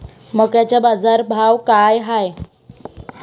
मक्याचा बाजारभाव काय हाय?